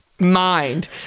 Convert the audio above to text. Mind